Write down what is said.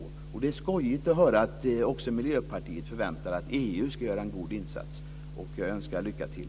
Det är skojigt att höra att Miljöpartiet också förväntar sig att EU ska göra en god insats. Jag önskar lycka till!